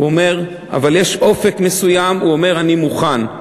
הוא אומר: אבל יש אופק מסוים, אני מוכן,